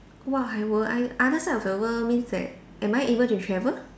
!wah! I were I other side of the world means that am I able to travel